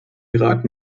irak